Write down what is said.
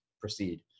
proceed